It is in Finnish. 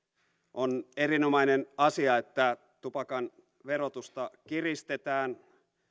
on erinomainen asia että tupakan verotusta kiristetään